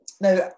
now